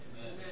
Amen